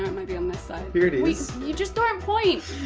maybe on this ah you just don't point!